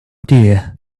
dear